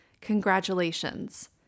Congratulations